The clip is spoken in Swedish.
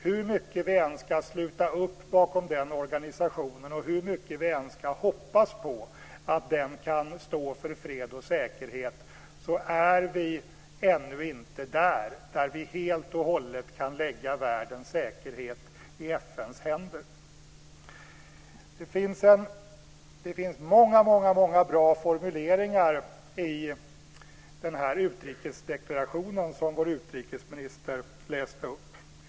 Hur mycket vi än ska sluta upp bakom den organisationen och hur mycket vi än ska hoppas på att den kan stå för fred och säkerhet, är vi ännu inte där där vi helt och hållet kan lägga världens säkerhet i FN:s händer. Det finns många, många bra formuleringar i den utrikesdeklaration som vår utrikesminister läste upp.